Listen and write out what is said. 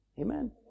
Amen